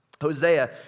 Hosea